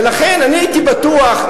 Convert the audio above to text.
ולכן אני הייתי בטוח,